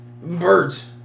Birds